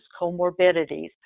comorbidities